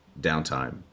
downtime